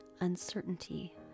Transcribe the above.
Uncertainty